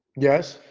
yes.